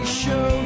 show